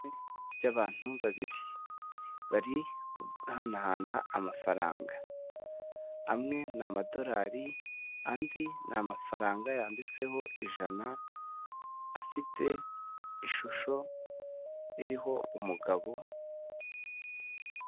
By'abantu babiri, bari guhanahana amafaranga. Amwe n'amadorari, andi n'amafaranga yanditseho ijana, afite ishusho iriho umugabo.